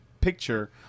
picture